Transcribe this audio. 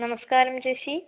നമസ്കാരം ചേച്ചി